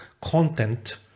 content